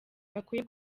bakwiye